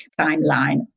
timeline